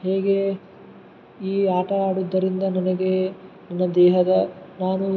ಹೇಗೇ ಈ ಆಟ ಆಡೋದರಿಂದ ನನಗೇ ನನ್ನ ದೇಹದ ನಾನು